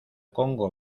congo